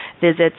visits